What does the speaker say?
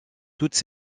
toutes